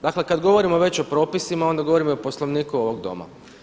Dakle kada govorimo već o propisima onda govorimo i o Poslovniku ovog Doma.